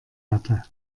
hatte